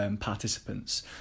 participants